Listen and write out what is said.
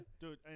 dude